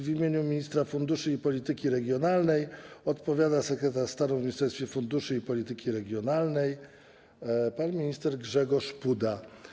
W imieniu ministra funduszy i polityki regionalnej odpowiada sekretarz stanu w Ministerstwie Funduszy i Polityki Regionalnej pan minister Grzegorz Puda.